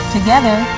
Together